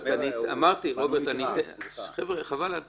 אני --- חבר'ה, חבל על הזמן.